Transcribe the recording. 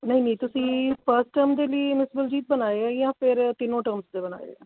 ਨਹੀਂ ਨਹੀਂ ਤੁਸੀਂ ਫਸਟ ਟਰਮ ਦੇ ਲਈ ਬਣਾਏ ਹੋਏ ਆ ਜਾਂ ਫਿਰ ਤਿੰਨੋ ਟਰਮਸ ਦੇ ਬਣਾਏ ਆ